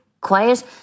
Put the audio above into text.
quiet